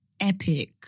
epic